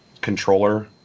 controller